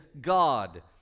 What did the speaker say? God